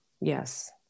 yes